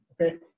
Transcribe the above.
okay